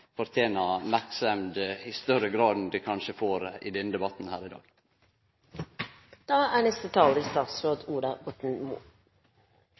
fortener merksemd i større grad enn det kanskje får i denne debatten her i dag. Jeg er